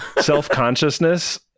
self-consciousness